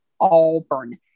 Auburn